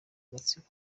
gatsibo